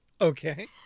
Okay